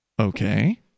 Okay